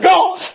God